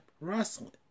wrestling